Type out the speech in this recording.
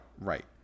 right